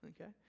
okay